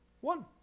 one